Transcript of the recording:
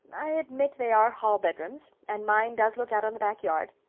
i admit they are hall bedrooms, and mine does look out on the back yard.